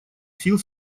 сил